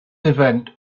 event